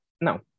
No